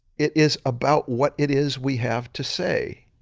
it is about what it is we have to say.